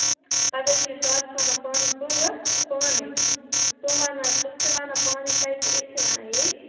پَتہٕ حظ چھِ أسۍ راتَس وَنان پانَس بٲتھ پانَے تِم وَنان تِم تہِ وَنان پانَے تَتہِ تہٕ أسۍ تہِ وَنان ییٚتہِ